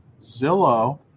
Zillow